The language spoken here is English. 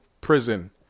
prison